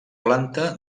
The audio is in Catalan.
planta